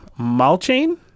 Malchain